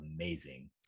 amazing